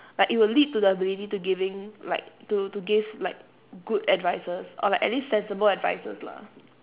like it will lead to the ability to giving like to to give like good advices or like at least sensible advices lah